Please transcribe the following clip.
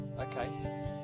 Okay